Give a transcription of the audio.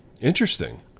Interesting